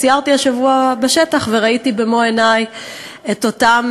סיירתי השבוע בשטח וראיתי במו-עיני את אותן